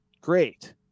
Great